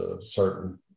certain